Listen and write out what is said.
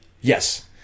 Yes